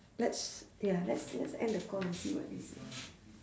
let's ya let's let's end the call and see what they say